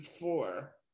four